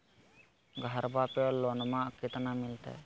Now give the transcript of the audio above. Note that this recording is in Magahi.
घरबा पे लोनमा कतना मिलते?